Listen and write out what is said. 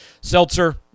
seltzer